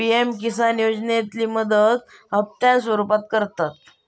PM Kisan योजनेतली मदत हप्त्यांच्या स्वरुपात मिळता